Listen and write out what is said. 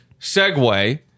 segue